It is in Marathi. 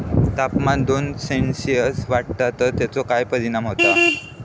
तापमान दोन सेल्सिअस वाढला तर तेचो काय परिणाम होता?